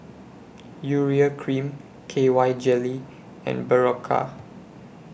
Urea Cream K Y Jelly and Berocca